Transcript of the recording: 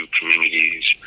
communities